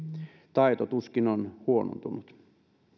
taito tuskin on huonontunut